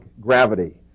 gravity